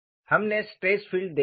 हमने stress field देखा है